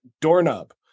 doorknob